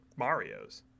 Marios